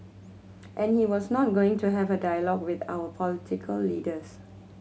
and he was not going to have a dialogue with our political leaders